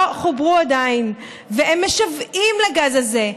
לא חוברו עדיין, והם משוועים לגז הזה.